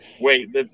wait